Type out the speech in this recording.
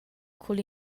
cul